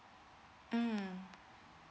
mm